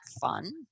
fun